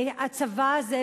והצבא הזה,